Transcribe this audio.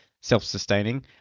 self-sustaining